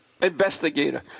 Investigator